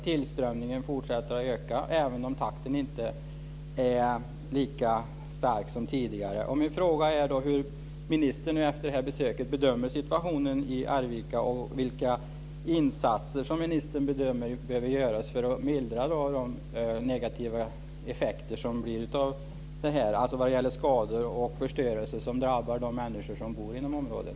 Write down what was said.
Tillströmningen fortsätter även om takten inte är lika hög som tidigare. Min fråga är då hur ministern bedömer situationen i Arvika efter det här besöket. Vilka insatser bedömer ministern behöver göras för att mildra de negativa effekterna av detta? Det gäller de skador och den förstörelse som drabbar de människor som bor i området.